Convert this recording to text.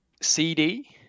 CD